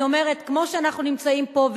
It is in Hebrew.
אני אומרת: כמו שאנחנו נמצאים פה,